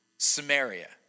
Samaria